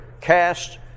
Cast